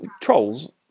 Trolls